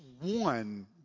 one